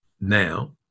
now